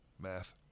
Math